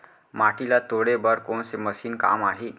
माटी ल तोड़े बर कोन से मशीन काम आही?